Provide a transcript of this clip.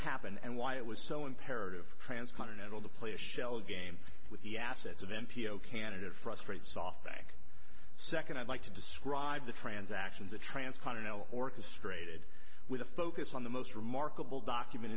happened and why it was so imperative transcontinental to play a shell game with the assets of n p o candidate frustrate softbank second i'd like to describe the transactions that transcontinental orchestrated with a focus on the most remarkable document